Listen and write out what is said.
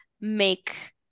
make